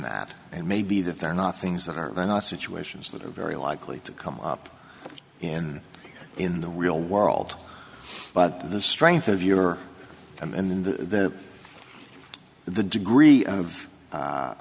that and may be that they're not things that are not situations that are very likely to come up and in the real world but the strength of your and the the degree of